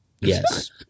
Yes